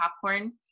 popcorn